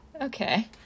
Okay